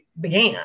began